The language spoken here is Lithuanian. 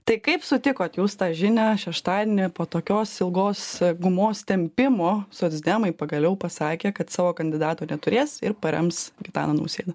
tai kaip sutikot jūs tą žinią šeštadienį po tokios ilgos gumos tempimo socdemai pagaliau pasakė kad savo kandidato neturės ir parems gitaną nausėdą